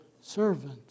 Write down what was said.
servant